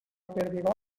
perdigot